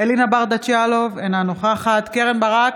אלינה ברדץ' יאלוב, אינה נוכחת קרן ברק,